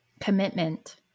commitment